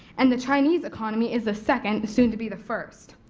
and the chinese economy is the second, soon to be the first.